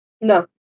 No